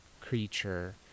creature